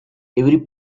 every